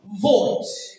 voice